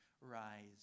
rise